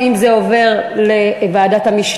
סגן השר אמר שאם זה עובר לוועדת המשנה,